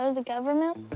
know, the government?